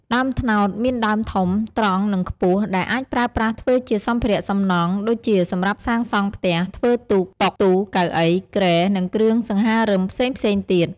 ដើមត្នោតមានដើមធំ ត្រង់ និងខ្ពស់ ដែលអាចប្រើប្រាស់ធ្វើជាសម្ភារៈសំណង់ ដូចជាសម្រាប់សាងសង់ផ្ទះ ធ្វើទូក តុ ទូ កៅអី គ្រែ និងគ្រឿងសង្ហារិមផ្សេងៗទៀត។